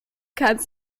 kannst